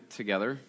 together